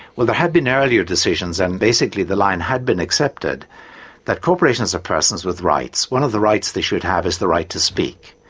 well, there had been earlier decisions, and basically the line had been accepted that corporations are persons with rights. one of the rights they should have is the right to speak.